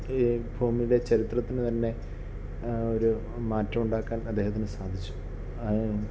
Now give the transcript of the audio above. ഈ ഭൂമിയിലെ ചരിത്രത്തിന് തന്നെ ആ ഒരു മാറ്റമുണ്ടാക്കാൻ അദ്ദേഹത്തിന് സാധിച്ചു